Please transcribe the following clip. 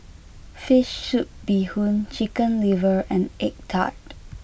Fish Soup Bee Hoon Chicken Liver and Egg Tart